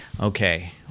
Okay